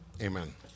Amen